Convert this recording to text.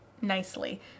nicely